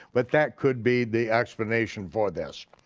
but that could be the explanation for this.